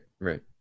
Right